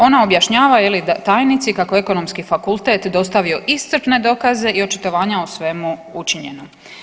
Ona objašnjava je li tajnici kako je Ekonomski fakultet dostavio iscrpne dokaze i očitovanja o svemu učinjenom.